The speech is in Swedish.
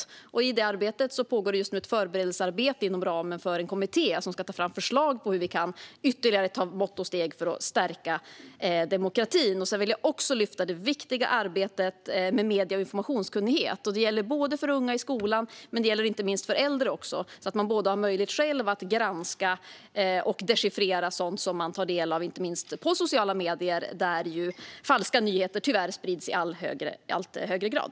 I arbetet med att uppmärksamma det pågår just nu ett förberedelsearbete, inom ramen för en kommitté, med att ta fram förslag för att ta ytterligare mått och steg för att stärka demokratin. Jag vill också lyfta fram det viktiga arbetet med medie och informationskunnighet. Det gäller unga i skolan men inte minst även äldre. Man ska ha möjlighet att själv kunna granska och dechiffrera sådant som man tar del av, inte minst på sociala medier där falska nyheter tyvärr sprids i allt högre grad.